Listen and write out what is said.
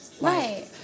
Right